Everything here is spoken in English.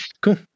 cool